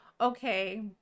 Okay